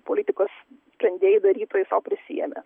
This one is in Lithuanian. politikos sprendėjai darytojai sau prisiėmė